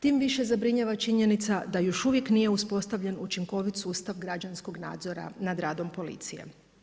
Tim više zabrinjava činjenica, da još uvijek nije uspostavljen učinkovit sustav građanskog nadzora nad radom policije.